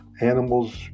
animals